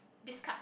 discuss